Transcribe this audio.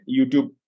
YouTube